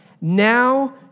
Now